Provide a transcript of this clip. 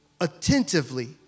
attentively